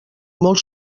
molt